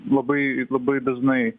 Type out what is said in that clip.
labai labai dažnai